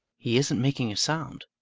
he isn't making a sound.